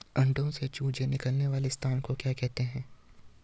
अंडों से चूजे निकलने वाले स्थान को क्या कहते हैं?